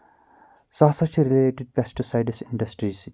سُہ ہَسا چھُ رِلیٹِڈ پیسٹسایڈس اِنڈَسٹِرٛی سۭتۍ